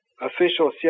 official